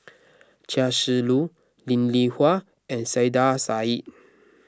Chia Shi Lu Linn in Hua and Saiedah Said